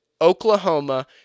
Oklahoma